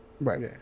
Right